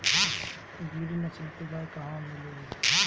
गिरी नस्ल के गाय कहवा मिले लि?